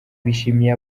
bashimiye